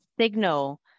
signal